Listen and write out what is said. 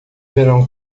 verão